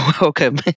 Welcome